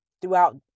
throughout